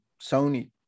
Sony